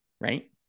right